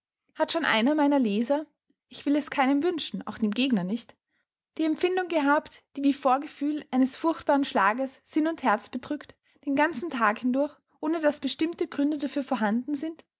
hat schon einer meiner leser ich will es keinem wünschen auch dem gegner nicht die empfindung gehabt die wie vorgefühl eines furchtbaren schlages sinn und herz bedrückt den ganzen tag hindurch ohne daß bestimmte gründe dafür vorhanden sind